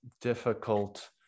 difficult